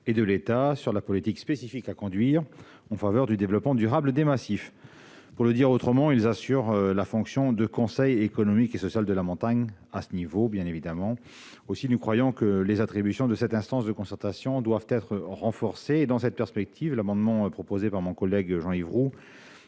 et de l'État, sur la politique spécifique à conduire en faveur du développement durable des massifs. Pour le dire autrement, ils exercent la fonction de conseil économique et social de la montagne. Aussi, nous croyons que les attributions de cette instance de concertation doivent être renforcées. Dans cette perspective, l'amendement déposé sur l'initiative de mon collègue Jean-Yves Roux